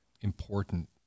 important